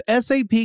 SAP